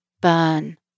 burn